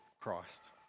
Christ